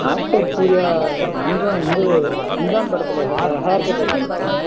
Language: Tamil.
ஆக்டர் சூர்யா அஞ்சான் வந்து அஞ்சான் படத்தில் ஹேர்கட் இருக்கும்ல சார்